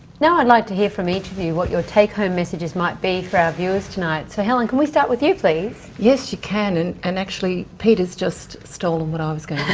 now i'd like to hear from each of you what your take-home messages might be for our viewers tonight. so helen, can we start with you, please? yes, you can. and and peter's just stolen what i was going